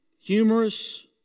humorous